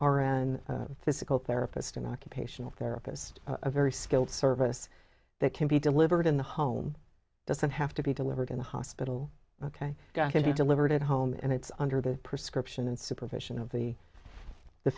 a physical therapist an occupational therapist a very skilled service that can be delivered in the home doesn't have to be delivered in the hospital ok to be delivered at home and it's under the prescription and supervision of the the